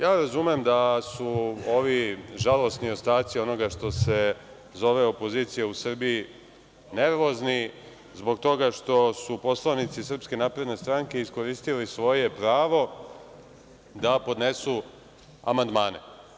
Ja razumem da su ovi žalosni ostaci onoga što se zove opozicija u Srbiji nervozni zbog toga što su poslanici SNS iskoristili svoje pravo da podnesu amandmane.